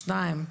שניים,